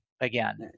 again